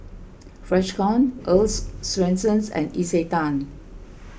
Freshkon Earl's Swensens and Isetan